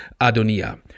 Adonia